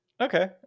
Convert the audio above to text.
okay